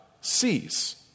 sees